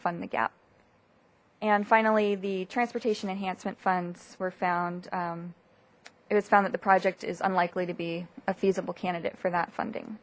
fund the gap and finally the transportation enhancement funds were found it was found that the project is unlikely to be a feasible candidate for that funding